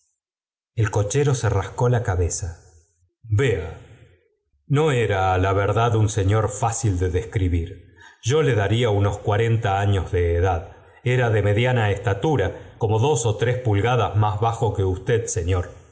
el cochero se ifascó la cabeza vea no era á la verdad un señor fácil de describir yo le daría unos cuarenta años de edad era de mediana estatura como dos ó tres pulgadas más bajo que usted señor